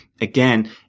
again